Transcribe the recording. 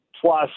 plus